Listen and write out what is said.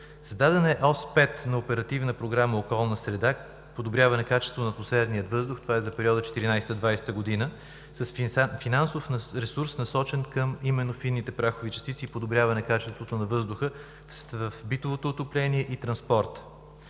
Създадена е Ос 5 на Оперативна програма „Околна среда“ – „Подобряване качеството на атмосферния въздух“, това е за периода 2014 – 2020 г., с финансов ресурс, насочен именно към фините прахови частици и подобряване качеството на въздуха в битовото отопление и транспорта.